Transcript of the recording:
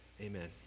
Amen